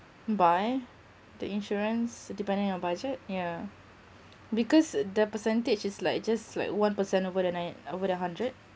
buy the insurance depending on budget yeah because the percentage is like just like one percent over the nine over the hundred